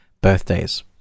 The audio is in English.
birthdays